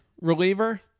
reliever